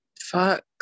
Fuck